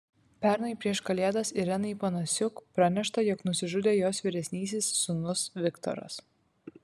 pernai prieš kalėdas irenai panasiuk pranešta jog nusižudė jos vyresnysis sūnus viktoras